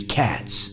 cats